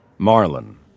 Marlin